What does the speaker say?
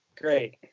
Great